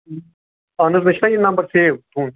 اہن حظ مےٚ چھُ نہ یہ نمبر سیو تُہُنٛد